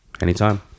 anytime